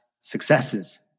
successes